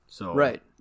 Right